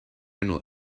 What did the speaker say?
general